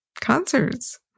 concerts